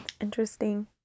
interesting